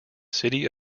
city